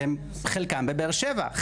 והם חלקם בבאר שבע,